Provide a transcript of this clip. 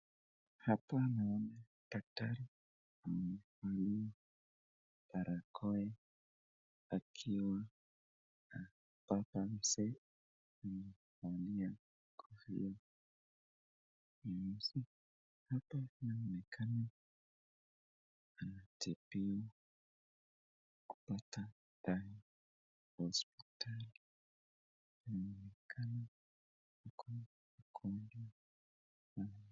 Hapa naona daktari amevalia barakoa akiwa na baba mzee amevaa kofia nyeusi. Hapa inaonekana anatibiwa kupata dawa hospitali. Inaonekana kuna mgonjwa.